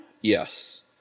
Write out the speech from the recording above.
yes